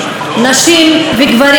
נשים וגברים,